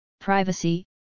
privacy